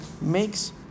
makes